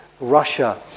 Russia